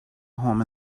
home